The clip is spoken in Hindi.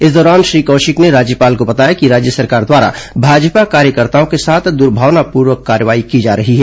इस दौरान श्री कौशिक ने राज्यपाल को बताया कि राज्य सरकार द्वारा भाजपा कार्यकर्ताओं के साथ दर्भावनापूर्वक कार्रवाई की जा रही है